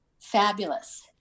fabulous